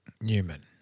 Newman